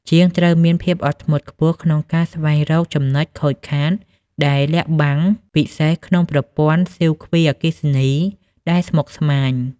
ជាងត្រូវមានភាពអត់ធ្មត់ខ្ពស់ក្នុងការស្វែងរកចំណុចខូចខាតដែលលាក់កំបាំង ពិសេសក្នុងប្រព័ន្ធសៀគ្វីអគ្គិសនីដែលស្មុគស្មាញ។